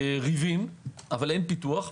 ריבים אבל אין פיתוח.